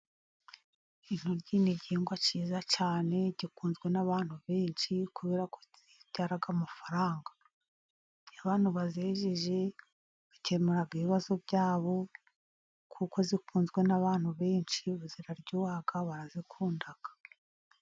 Intoryi ni igihingwa kiza cyane gikunzwe n'abantu benshi, kubera ko zibyara amafaranga. Iyo abantu bazejeje bakemura ibibazo byabo, kuko zikunzwe n'abantu benshi, ziraryoha, barazikunda.